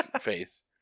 face